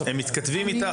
הם מתכתבים איתך?